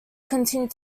continued